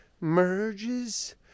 merges